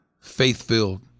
faith-filled